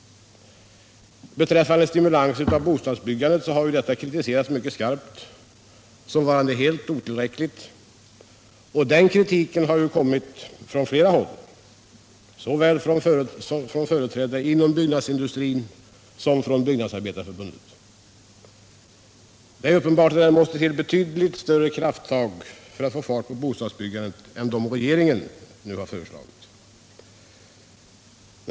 Åtgärderna för att stimulera bostadsbyggandet har kritiserats mycket skarpt som varande helt otillräckliga. Den kritiken har framförts såväl från företrädare för byggnadsindustrin som från Byggnadsarbetareförbundet. Det är uppenbart att det måste till betydligt större krafttag för att få fart på bostadsbyggandet än dem som regeringen nu har föreslagit.